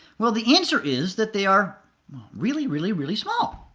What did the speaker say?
well, the answer is that they are really, really really small.